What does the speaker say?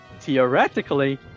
theoretically